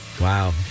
Wow